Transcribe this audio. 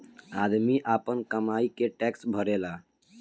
आदमी आपन कमाई के टैक्स भरेला